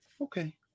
Okay